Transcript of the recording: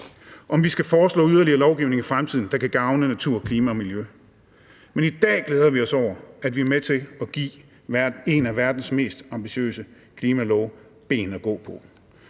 om vi skal foreslå yderligere lovgivning i fremtiden, der kan gavne natur, klima og miljø. Men i dag glæder vi os over, at vi er med til at give en af verdens mest ambitiøse klimalove ben at gå på.